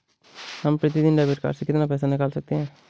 हम प्रतिदिन debit card से कितना पैसा निकाल सकते हैं?